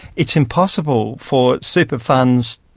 it's impossible for super funds,